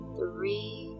three